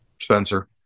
Spencer